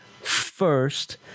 first